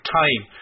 time